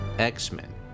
X-Men